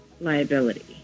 liability